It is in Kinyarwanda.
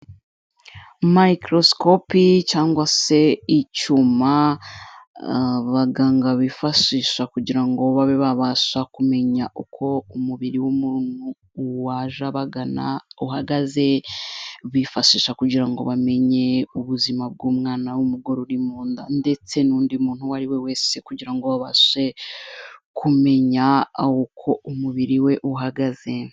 Microscope cyangwa se icyuma abaganga bifashisha kugira babe babasha kumenya uko umubiri w'umuntu waje abagana uhagaze, bifashisha kugira ngo bamenye ubuzima bw'umwana w'umugore uri mu nda ndetse n'undi muntu uwo ari we wese kugira ngo abashe kumenya uko umubiri we uhagaze.